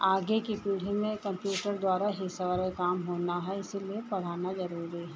आगे की पीढ़ी में कंप्यूटर द्वारा ही सारे काम होना है इसीलिए पढ़ाना ज़रूरी है